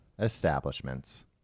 establishments